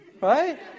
right